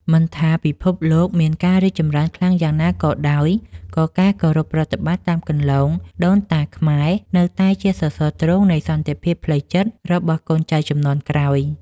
មិនថាពិភពលោកមានការរីកចម្រើនខ្លាំងយ៉ាងណាក៏ដោយ ក៏ការគោរពប្រតិបត្តិតាមគន្លងដូនតាខ្មែរនៅតែជាសរសរទ្រូងនៃសន្តិភាពផ្លូវចិត្តរបស់កូនចៅជំនាន់ក្រោយ។